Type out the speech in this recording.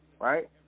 right